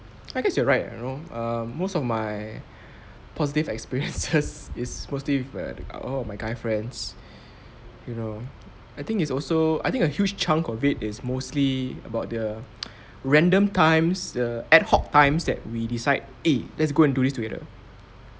I guess you are right you know uh most of my positive experiences is mostly with err all my guy friends you know I think it's also I think a huge chunk of it is mostly about the random times uh ad hoc times that we decide eh let's go and do this together